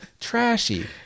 trashy